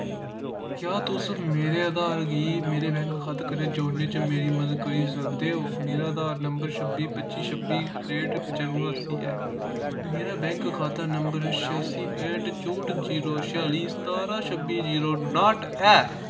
क्या तुस मेरे आधार गी मेरे बैंक खाते कन्नै जोड़ने च मेरी मदद करी सकदे ओ मेरा आधार नंबर छब्बी पच्ची छब्बी त्रेंह्ट पचानुऐं अस्सी ऐ ते मेरा बैंक खाता नंबर छेआसी पैंह्ट चौंह्ट जीरो छेआली सतारां छब्बी जीरो नाह्ट ऐ